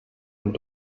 und